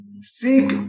Seek